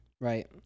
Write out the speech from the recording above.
right